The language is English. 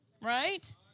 right